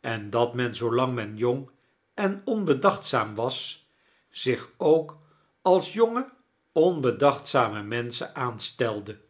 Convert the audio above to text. en dat men zoolang men jong en onbedachtzaam was zich ook als jonge onbedachtzame menschen aanstelde